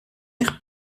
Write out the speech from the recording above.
eich